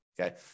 Okay